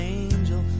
angel